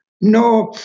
No